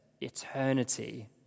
eternity